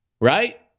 Right